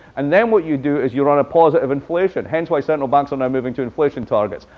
and then what you do is you run a positive inflation. hence, why central banks are now moving to inflation targets.